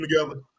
together